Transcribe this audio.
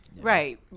Right